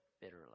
bitterly